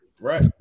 Right